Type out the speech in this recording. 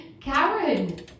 Karen